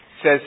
says